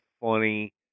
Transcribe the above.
funny